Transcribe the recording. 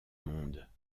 mondes